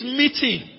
meeting